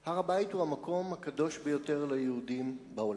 1. הר-הבית הוא המקום הקדוש ביותר ליהודים בעולם,